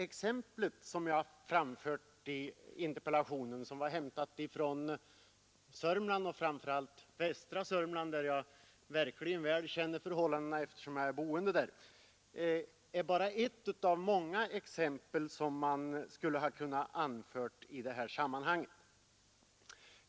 Exemplet i interpellationen, som var hämtat från Sörmland och framför allt från västra Sörmland där jag verkligen känner till förhållandena eftersom jag bor där, är bara ett av många exempel som hade kunnat anföras i det här sammanhanget.